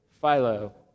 Philo